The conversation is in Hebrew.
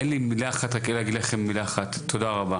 אין לי מילה אחת חוץ מלהגיד לכם תודה רבה,